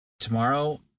Tomorrow